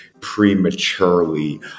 prematurely